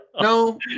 No